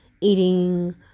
eating